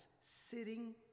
sitting